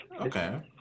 okay